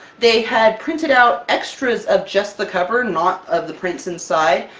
they had printed out extras of just the cover, not of the prints inside,